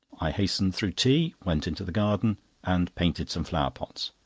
i hastened through tea, went into the garden and painted some flower-pots.